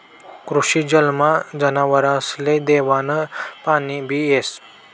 कृषी जलमा जनावरसले देवानं पाणीबी येस